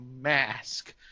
mask